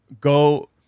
go